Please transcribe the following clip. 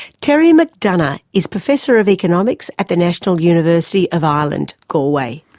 terry mcdonough is professor of economics at the national university of ireland, galway.